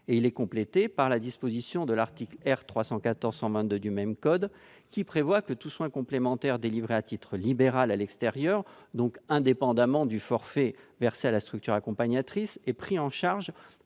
Il est complété par la disposition de l'article R. 314-122 du même code en vertu de laquelle tout soin complémentaire délivré à titre libéral à l'extérieur, donc indépendamment du forfait versé à la structure accompagnatrice, est pris en charge